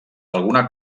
alguna